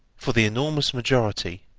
for the enormous majority,